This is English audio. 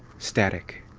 static.